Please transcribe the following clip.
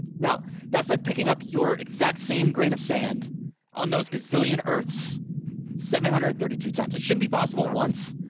now that's like picking up your exact same grain of sand on those gazillion earths seven hundred and thirty two times. it shouldn't be possible once,